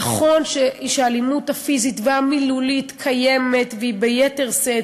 נכון שהאלימות הפיזית והמילולית קיימות והן ביתר שאת,